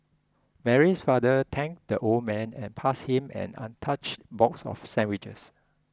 Mary's father thanked the old man and passed him an untouched box of sandwiches